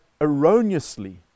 erroneously